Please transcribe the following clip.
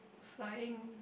flying